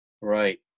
right